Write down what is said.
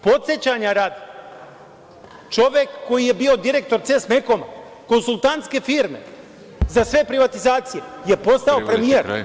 Podsećanja radi, čovek koji je bio direktor „CES Mekona“, konsultantske firme za sve privatizacije, je postao premijer.